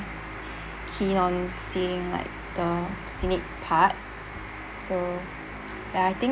keen on seeing like the scenic part so ya I think